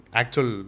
actual